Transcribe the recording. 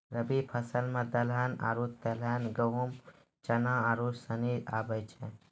रवि फसल मे दलहन आरु तेलहन गेहूँ, चना आरू सनी आबै छै